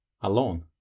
alone